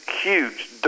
huge